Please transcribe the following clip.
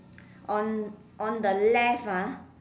on on the left ah